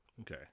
okay